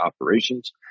operations